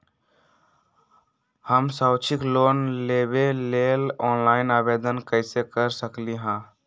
हम शैक्षिक लोन लेबे लेल ऑनलाइन आवेदन कैसे कर सकली ह?